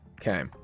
Okay